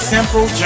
Simple